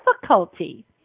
difficulty